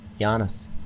Giannis